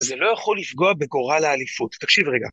זה לא יכול לפגוע בגורל האליפות. תקשיב רגע.